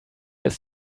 ist